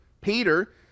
Peter